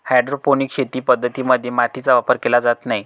hydroponic शेती पद्धतीं मध्ये मातीचा वापर केला जात नाही